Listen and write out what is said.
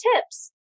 tips